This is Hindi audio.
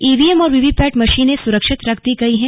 ईवीएम और वीवीपैट मशीनें सुरक्षित रख दी गई है